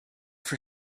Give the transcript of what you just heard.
for